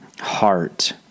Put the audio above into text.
heart